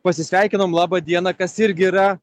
pasisveikinom laba diena kas irgi yra